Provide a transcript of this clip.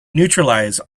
neutralize